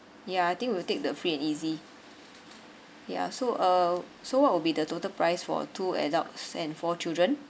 ya I think we'll take the free and easy ya so uh so what will be the total price for two adults and four children